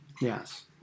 Yes